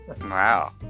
Wow